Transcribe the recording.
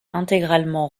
intégralement